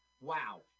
Wow